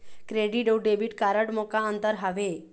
Credit अऊ debit card म का अंतर हावे?